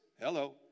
Hello